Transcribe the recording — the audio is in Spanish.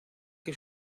que